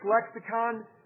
lexicon